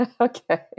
Okay